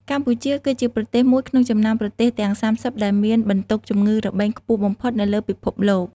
កម្ពុជា គឺជាប្រទេសមួយក្នុងចំណោមប្រទេសទាំង ៣០ ដែលមានបន្ទុកជំងឺរបេងខ្ពស់បំផុតនៅលើពិភពលោក។